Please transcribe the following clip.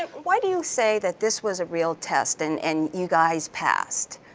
why do you say that this was a real test, and and you guys passed?